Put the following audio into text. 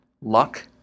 luck